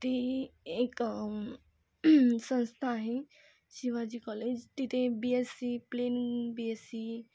ती एक संस्था आहे शिवाजी कॉलेज तिथे B SC plain B SC